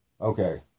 Okay